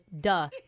duh